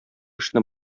эшне